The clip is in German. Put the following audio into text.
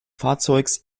fahrzeugs